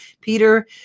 Peter